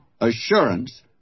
assurance